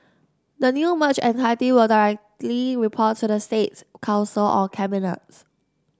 the new merged entity will directly report to the States Council or cabinets